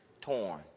torn